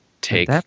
take